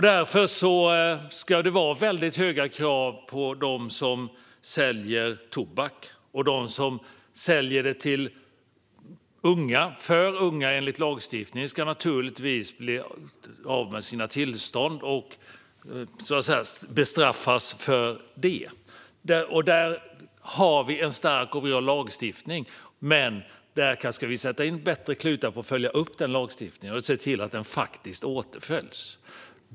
Därför ska det vara väldigt höga krav på dem som säljer tobak till alltför unga. De ska naturligtvis bli av med sina tillstånd och bestraffas för det. Där har vi en stark och bra lagstiftning, men vi kanske skulle sätta in bättre klutar på att följa upp lagstiftningen och se till att den faktiskt åtföljs.